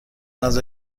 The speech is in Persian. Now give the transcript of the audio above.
نظر